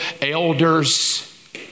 elders